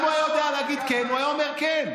אם הוא היה יודע להגיד כן, הוא היה אומר כן.